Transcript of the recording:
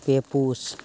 ᱯᱮ ᱯᱩᱥ